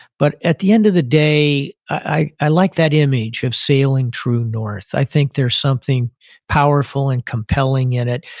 but at the end of the day, i i like that image of sailing true north. i think there's something powerful and compelling in it.